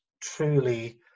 truly